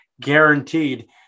guaranteed